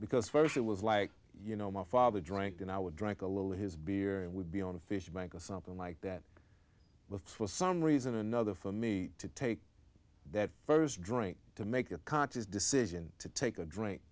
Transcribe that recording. because first it was like you know my father drank and i would drink a little his beer and we'd be on fish michael something like that for some reason or another for me to take that first drink to make a conscious decision to take a drink